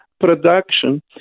production